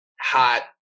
hot